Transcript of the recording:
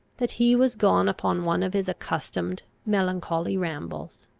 that he was gone upon one of his accustomed melancholy rambles.